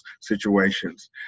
situations